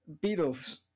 Beatles